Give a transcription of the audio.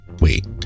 wait